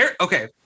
Okay